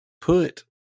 put